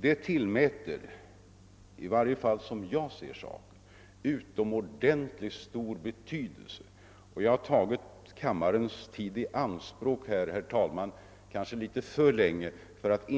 Som jag ser det tillmäter jag socialvårdsdelen utomordentligt stor betydelse och jag har, herr talman, tagit kammarens tid i anspråk kanske litet för länge för att